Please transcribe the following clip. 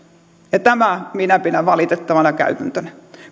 tätä minä pidän valitettavana käytäntönä